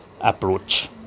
approach